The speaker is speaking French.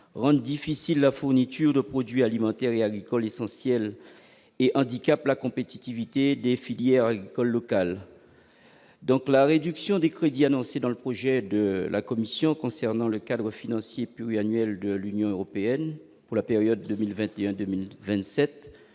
rendent difficile la fourniture de produits alimentaires et agricoles essentiels et handicapent la compétitivité des filières agricoles locales. La réduction des crédits annoncée dans le projet de la Commission concernant le cadre financier pluriannuel de l'Union européenne pour la période 2021-2027